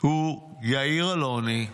הוא יאיר אלוני,